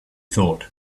thought